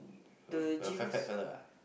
the the fat fat fellow ah